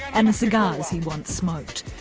and the cigars he once smoked.